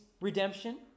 redemption